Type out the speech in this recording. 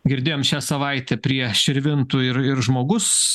girdėjom šią savaitę prie širvintų ir ir žmogus